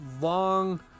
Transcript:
long